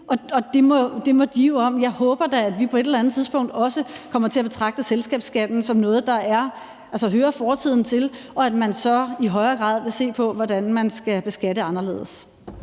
Det må de jo om. Jeg håber da, at vi på et eller andet tidspunkt også kommer til at betragte selskabsskatten som noget, der hører fortiden til, og at man så i højere grad vil se på, hvordan man skal beskatte anderledes.